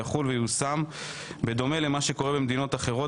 יחול וייושם בדומה למה שקורה במדינות אחרות